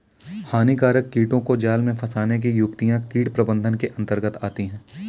हानिकारक कीटों को जाल में फंसने की युक्तियां कीट प्रबंधन के अंतर्गत आती है